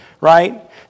right